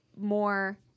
more –